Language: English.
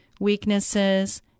weaknesses